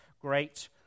great